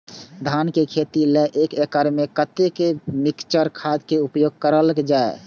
धान के खेती लय एक एकड़ में कते मिक्चर खाद के उपयोग करल जाय?